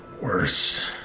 worse